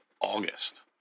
August